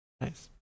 Nice